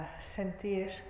sentir